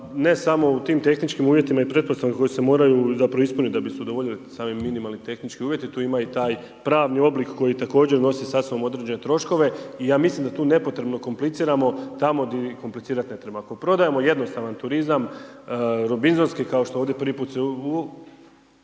ne samo u tim tehničkim uvjetima i pretpostavke koje se moraju zapravo ispunit da bi udovoljilo sami minimalni tehnički uvjeti tu ima i taj pravni oblik koji također nosi sa sobom određene troškove i ja mislim da tu nepotrebno kompliciramo tamo di komplicirat ne treba. Ako prodajemo jednostavan jednostavan turizam robinzonski kao što ovdje se prvi